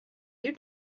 you